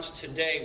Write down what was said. today